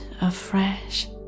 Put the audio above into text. afresh